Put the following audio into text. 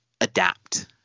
adapt